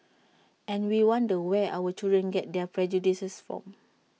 and we wonder where our children get their prejudices from